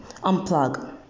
Unplug